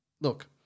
look